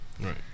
Right